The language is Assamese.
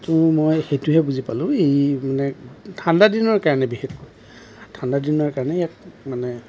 কিন্তু মই সেইটোহে বুজি পালোঁ এই মানে ঠাণ্ডা দিনৰ কাৰণে বিশেষকৈ ঠাণ্ডা দিনৰ কাৰণে ইয়াক মানে